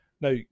Now